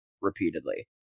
repeatedly